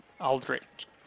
Aldrich